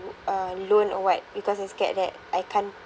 to uh loan or what because I scared that I can't